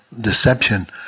deception